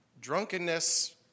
drunkenness